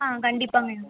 ஆ கண்டிப்பாங்கய்யா